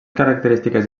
característiques